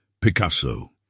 Picasso